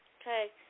Okay